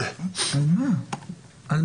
לא